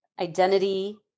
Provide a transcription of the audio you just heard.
Identity